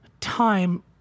time